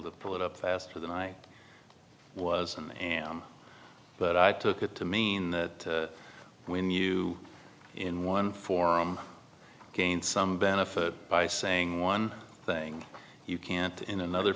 to pull it up faster than i i was and am but i took it to mean that when you in one form again some benefit by saying one thing you can't in another